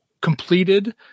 completed